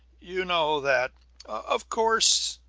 you know, that of course,